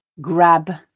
Grab